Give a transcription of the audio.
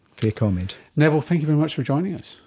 fair comment. neville, thank you very much for joining us.